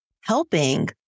helping